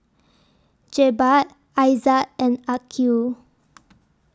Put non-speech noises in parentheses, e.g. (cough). Jebat Aizat and Aqil (noise)